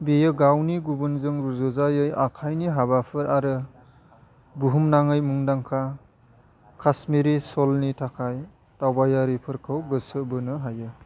बेयो गावनि गुबुनजों रुजुजायै आखाइनि हाबाफोर आरो बुहुमनाङै मुंदांखा काश्मीरी शलनि थाखाय दावबायारिफोरखौ गोसो बोनो हायो